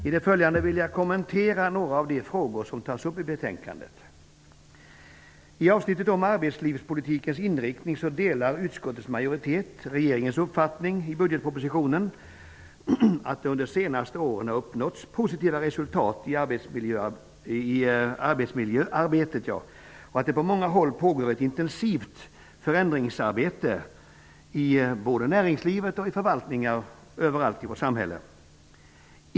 I det följande vill jag kommentera några av de frågor som tas upp i betänkandet. I avsnittet om arbetslivspolitikens inriktning delar utskottets majoritet regeringens uppfatttning i budgetpropositionen att det under de senaste åren har uppnåtts positiva resultat i arbetsmiljöarbetet och att det på många håll pågår ett intensivt förändringsarbete i både näringslivet och förvaltningar överallt i vårt samhälle.